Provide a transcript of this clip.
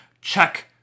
check